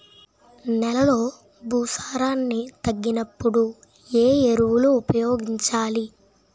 నెలలో భూసారాన్ని తగ్గినప్పుడు, ఏ ఎరువులు ఉపయోగించాలి?